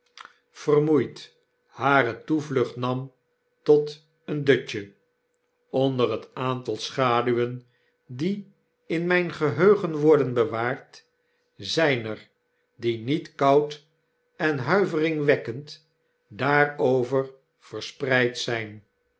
hare toevlucht nam tot een dutje onder het aantal schaduwen die in mgn geheugen worden bewaard zjn er die nietkoud en nuiveringwekkend daarover verspreid zijn